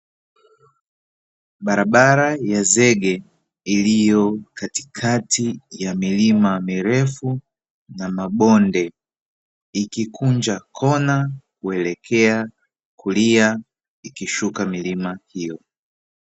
Barabara ya zege, iliyo katikati ya milima mirefu na mabonde, ikikunja kona kuelekea kulia, ikishuka milima hiyo.